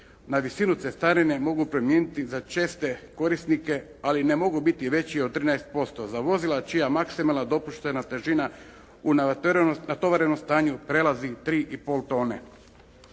na visinu cestarine mogu primijeniti za česte korisnike ali ne mogu biti veći od 13% za vozila čija maksimalna dopuštena težina u natovarenom stanju prelazi 3,5 tone.